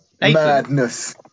Madness